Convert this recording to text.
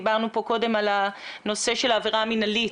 דיברנו כאן קודם על הנושא של העבירה המינהלית.